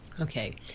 Okay